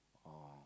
oh